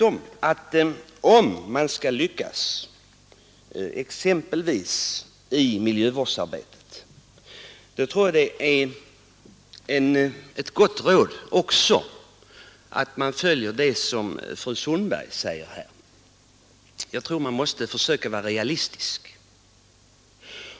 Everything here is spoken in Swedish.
Om man skall lyckas, exempelvis med miljövårdsarbetet, tror jag tvärtom att det kan vara bra att följa ett annat gott råd — fru Sundberg var inne på den saken nämligen att man bör försöka vara realistisk.